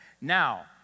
Now